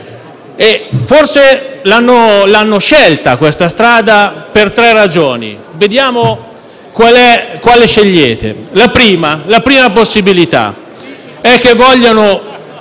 Forse hanno scelta questa strada per tre ragioni. Vediamo quale scegliete. La prima possibilità è che non vogliono